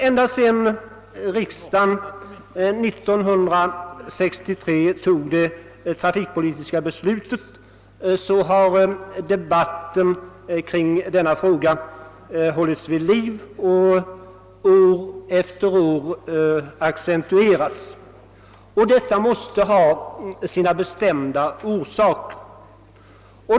Ända sedan riksdagen fattade det trafikpolitiska beslutet år 1963 har debatten kring frågan hållits vid liv, och den har accentuerats år för år. Detta måste ha sina bestämda orsaker.